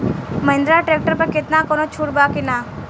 Mahindra tractor पर केतना कौनो छूट बा कि ना?